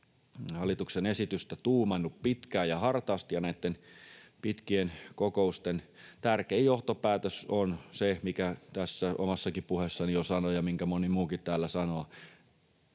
hallituksen esitystä tuumannut pitkään ja hartaasti. Näitten pitkien kokousten tärkein johtopäätös on se, minkä tässä omassakin puheessani jo sanoin ja minkä moni muukin täällä sanoo